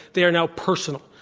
they are now personal.